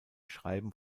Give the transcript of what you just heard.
schreiben